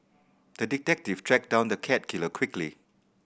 the detective tracked down the cat killer quickly